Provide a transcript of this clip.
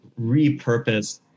repurpose